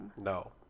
no